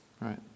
right